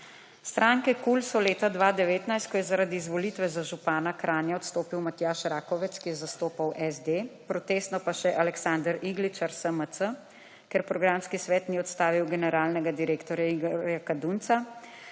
Stranke kul so leta 2019, ko je zaradi izvolitve za župana Kranja odstopil Matjaž Rakovec, ki je zastopal SD protestno pa še Aleksander Igličar SMC, ker programski svet ni odstavil generalnega direktorja Igorja Kadunca